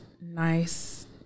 nice